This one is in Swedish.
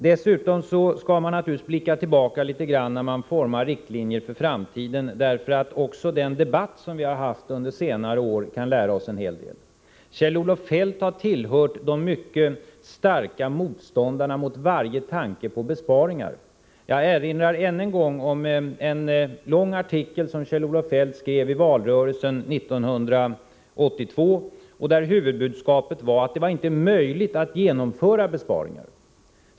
Dessutom skall man naturligtvis blicka tillbaka litet när man formar riktlinjer för framtiden — också den debatt som vi haft under senare år kan lära oss en hel del. Kjell-Olof Feldt har tillhört de mycket starka motståndarna mot varje tanke på besparingar. Jag erinrar än en gång om en lång artikel som Kjell-Olof Feldt skrev i valrörelsen 1982, där huvudbudskapet var att det inte var möjligt att genomföra besparingar.